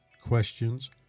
questions